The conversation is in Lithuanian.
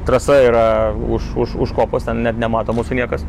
trasa yra už už už kopos ten net nemato mūsų niekas